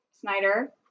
Snyder